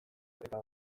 eta